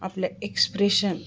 आपल्या एक्सप्रेशन